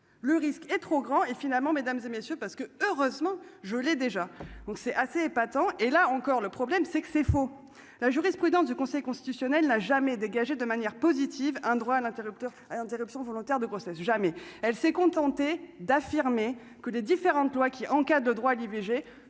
le risque est trop grand et, finalement, mesdames et messieurs, parce que heureusement, je l'ai déjà donc c'est assez épatant et là encore, le problème c'est que c'est faux, la jurisprudence du Conseil constitutionnel n'a jamais dégagé de manière positive un droit à l'interrupteur interruption volontaire de grossesse, jamais, elle s'est contentée d'affirmer que les différentes lois qui encadrent de droit à l'IVG